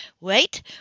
wait